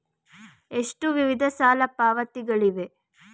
ಎಷ್ಟು ವಿಧದ ಸಾಲ ಪಾವತಿಗಳಿವೆ?